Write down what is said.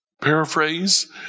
Paraphrase